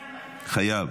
חייבים.